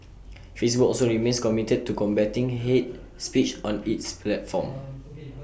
Facebook also remains committed to combating hate speech on its platform